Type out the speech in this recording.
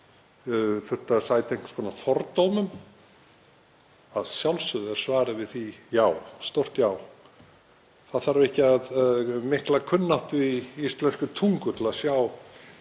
sæta einhvers konar fordómum. Að sjálfsögðu er svarið við því já, stórt já. Það þarf ekki að mikla kunnáttu í íslenskri tungu til að sjá